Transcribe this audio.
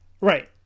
Right